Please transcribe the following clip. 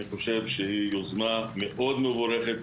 אני חושב שהיא יוזמה מאוד מבורכת,